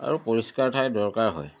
আৰু পৰিষ্কাৰ ঠাইৰ দৰকাৰ হয়